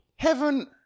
Heaven